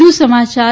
વધુ સમાચાર